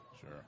Sure